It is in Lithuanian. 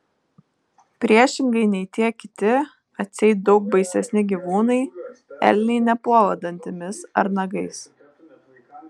priešingai nei tie kiti atseit daug baisesni gyvūnai elniai nepuola dantimis ar nagais